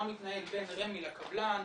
מה מתנהל בין רמ"י לקבלן,